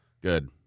Good